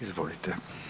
Izvolite.